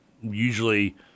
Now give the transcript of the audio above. usually